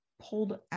pulled